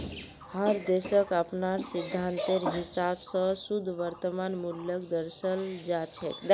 हर देशक अपनार सिद्धान्तेर हिसाब स शुद्ध वर्तमान मूल्यक दर्शाल जा छेक